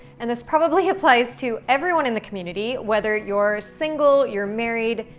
and this probably applies to everyone in the community, whether you're single, you're married,